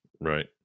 Right